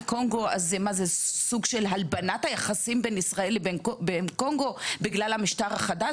קונגו לעשות סוג של הלבנת יחסים בין ישראל לבין קונגו בגלל המשטר החדש?